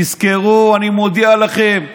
תזכרו, אני מודיע לכם,